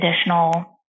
additional